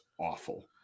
awful